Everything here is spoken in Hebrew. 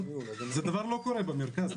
זה דבר שלא קורה במרכז.